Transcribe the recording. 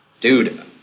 dude